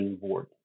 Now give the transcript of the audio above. board